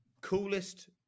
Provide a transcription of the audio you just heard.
coolest